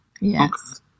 Yes